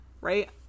Right